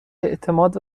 اعتماد